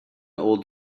old